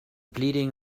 bleeding